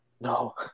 No